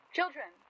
Children